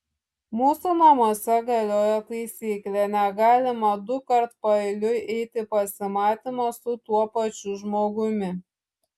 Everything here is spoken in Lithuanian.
mūsų namuose galioja taisyklė negalima dukart paeiliui eiti į pasimatymą su tuo pačiu žmogumi